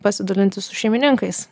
pasidalinti su šeimininkais